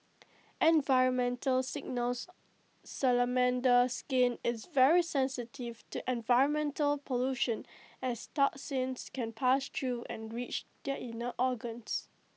environmental signals Salamander skin is very sensitive to environmental pollution as toxins can pass through and reach their inner organs